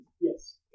Yes